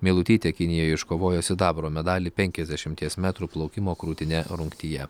meilutytė kinijoj iškovojo sidabro medalį penkiasdešimties metrų plaukimo krūtine rungtyje